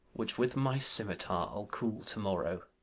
which with my scimitar i'll cool to-morrow.